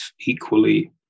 equally